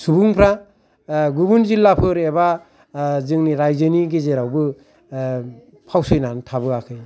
सुबंफ्रा गुबुन जिल्लाफोर एबा जोंनि रायजोनि गेजेरावबो फावसयनानै थाबोयाखै